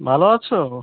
ভালো আছো